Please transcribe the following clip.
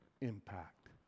impact